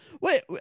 Wait